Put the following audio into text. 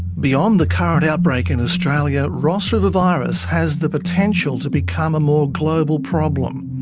beyond the current outbreak in australia, ross river virus has the potential to become a more global problem.